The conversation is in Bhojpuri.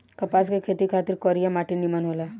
कपास के खेती खातिर करिया माटी निमन होला